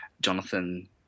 Jonathan